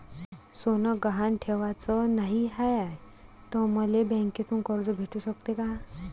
सोनं गहान ठेवाच नाही हाय, त मले बँकेतून कर्ज भेटू शकते का?